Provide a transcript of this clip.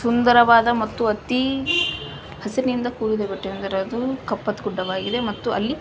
ಸುಂದರವಾದ ಮತ್ತು ಅತೀ ಹಸಿರಿನಿಂದ ಕೂಡಿದ ಬೆಟ್ಟ ಅಂದರೆ ಅದು ಕಪ್ಪತಗುಡ್ಡವಾಗಿದೆ ಮತ್ತು ಅಲ್ಲಿ